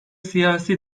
siyasi